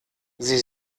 sie